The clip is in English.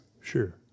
Sure